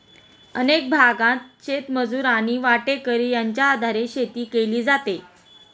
अनेक भागांत शेतमजूर आणि वाटेकरी यांच्या आधारे शेती केली जाते